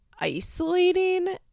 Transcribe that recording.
isolating